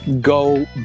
Go